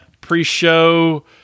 pre-show